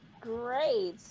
great